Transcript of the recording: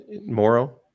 Moro